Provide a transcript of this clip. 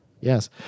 Yes